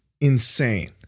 insane